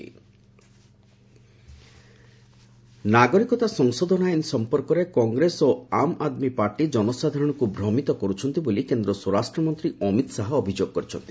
Shah Delhi rally ନାଗରିକତା ସଂଶୋଧନ ଆଇନ ସମ୍ପର୍କରେ କଂଗ୍ରେସ ଓ ଆମ୍ ଆଦ୍ମି ପାର୍ଟି ଜନସାଧାରଣଙ୍କୁ ଭ୍ରମିତ କରୁଛନ୍ତି ବୋଲି କେନ୍ଦ୍ର ସ୍ୱରାଷ୍ଟ୍ରମନ୍ତ୍ରୀ ଅମିତ ଶାହା ଅଭିଯୋଗ କରିଛନ୍ତି